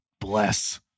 bless